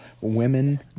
Women